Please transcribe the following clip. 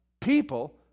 people